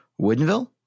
Woodenville